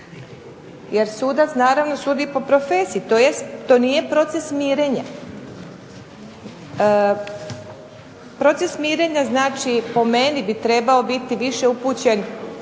Jer sudac naravno sudi po profesiji. To nije proces mirenja. Proces mirenja znači, po meni bi trebao biti više upućen